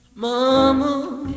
Mama